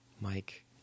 mike